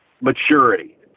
maturity